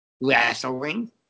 Wrestling